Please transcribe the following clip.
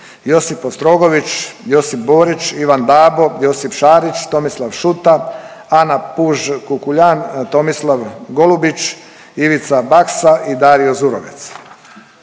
Josip Ostrogović, Josip Borić, Ivan Dabo, Josip Šarić, Tomislav Šuta, Ana Puž Kukuljan, Tomislav Golubić, Ivica Baksa i Dario Zurovec.